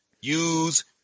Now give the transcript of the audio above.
use